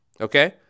okay